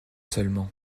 seulement